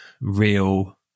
real